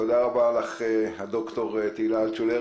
תודה רבה לך, ד"ר תהילה אלטשולר.